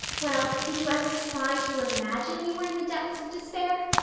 well, did you ever try to imagine you were in the depths of despair?